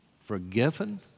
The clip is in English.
Forgiven